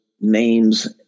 names